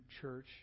church